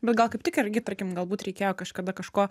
bet gal kaip tik irgi tarkim galbūt reikėjo kažkada kažko